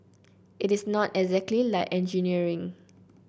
it is not exactly like engineering